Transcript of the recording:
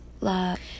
love